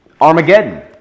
Armageddon